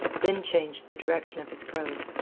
then changed the direction of his probe.